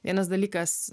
vienas dalykas